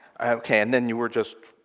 ok, and then you were just